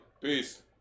peace